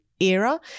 era